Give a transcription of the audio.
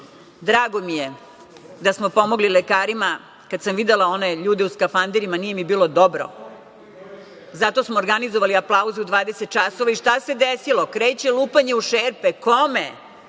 mi je da smo pomogli lekarima. Kada sam videla one ljude u skafanderima nije mi bilo dobro. Zato smo organizovali aplauze u 20.00 časova i šta se desilo? Kreće lupanje u šerpe? Kome?